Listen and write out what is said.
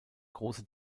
große